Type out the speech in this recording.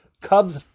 Cubs